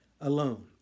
alone